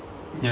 ya